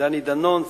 דני דנון,